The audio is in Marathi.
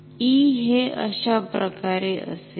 E हे अशाप्रकारे असेल